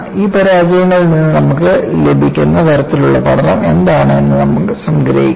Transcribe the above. ഈ പരാജയങ്ങളിൽ നിന്ന് നമുക്ക് ലഭിക്കുന്ന തരത്തിലുള്ള പഠനം എന്താണ് എന്ന് നമുക്ക് സംഗ്രഹിക്കാം